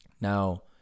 Now